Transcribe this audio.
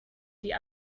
die